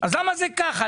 אז למה זה ככה?